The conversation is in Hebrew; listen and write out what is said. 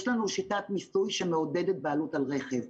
יש לנו שיטת מיסוי שמעודדת בעלות על רכב.